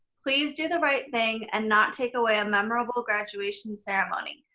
please do the right thing and not take away a memorable graduation ceremony.